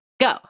go